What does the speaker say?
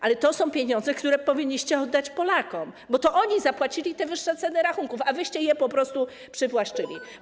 Ale to są pieniądze, które powinniście oddać Polakom, bo to oni zapłacili te wyższe kwoty rachunków, a wyście je po prostu przywłaszczyli.